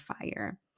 fire